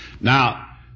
Now